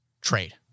trade